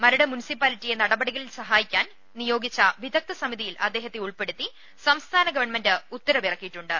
മരട് മുൻസിപ്പാലിറ്റിയെ നടപടികളിൽ സഹായി ക്കാൻ നിയോഗിച്ചു വിദഗ്ദ്ധ സമിതിയിൽ അദ്ദേഹത്തെ ഉൾപ്പെ ടുത്തി സംസ്ഥാന ഗവൺമെന്റ് ഉത്തരവിറക്കിയിട്ടുണ്ട്